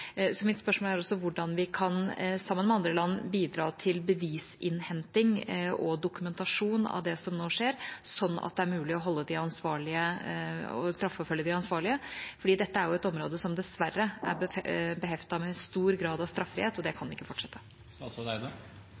hvordan vi sammen med andre land kan bidra til bevisinnhenting og dokumentasjon av det som nå skjer, sånn at det er mulig å straffeforfølge de ansvarlige, for dette er dessverre et område som er beheftet med stor grad av straffrihet, og det kan ikke fortsette.